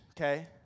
okay